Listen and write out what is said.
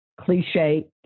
cliche